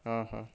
ହଁ ହଁ